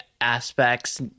aspects